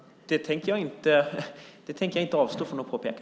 Det tänker jag inte avstå från att påpeka.